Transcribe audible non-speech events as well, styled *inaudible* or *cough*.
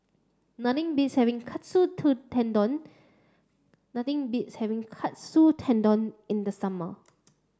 *unintelligible* beats having Katsu to Tendon nothing beats having Katsu Tendon in the summer